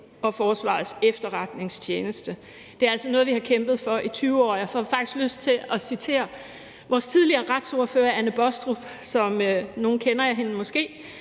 og Forsvarets Efterretningstjeneste. Det er altså noget, vi har kæmpet for i 20 år, og jeg får faktisk lyst til at citere vores tidligere retsordfører Anne Baastrup, som nogle måske kender,